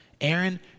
Aaron